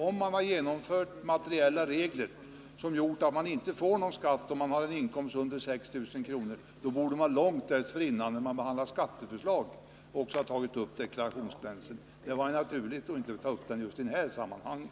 Om regeringen hade velat genomföra materiella regler som medförde att en inkomsttagare inte behöver få någon skatt om inkomsten understiger 6 000 kr., då borde man ha 27 tagit upp frågan om deklarationsgränsen långt tidigare i samband med ett skatteförslag. Det hade varit naturligare, och då hade den inte behövt tas upp 28 november 1979 just i det här sammanhanget.